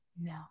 No